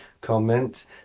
comment